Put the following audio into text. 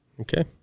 Okay